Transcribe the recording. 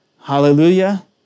Hallelujah